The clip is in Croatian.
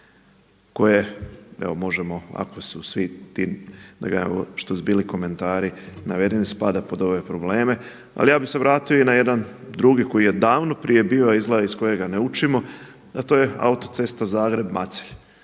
koje evo možemo ako svi ti … što su bili komentari navedeni spada pod ove probleme. Ali ja bih se vratio i na jedan drugi koji je davno prije bio, a izgleda iz kojega ne učimo, a to je autocesta Zagreb-Macelj.